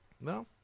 No